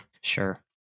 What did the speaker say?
Sure